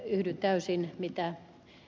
yhdyn täysin siihen mitä ed